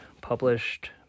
published